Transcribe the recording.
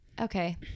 okay